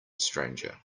stranger